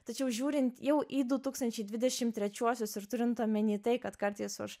tačiau žiūrint jau į du tūkstančiai dvidešim trečiuosius ir turint omeny tai kad kartais už